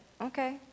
okay